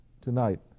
tonight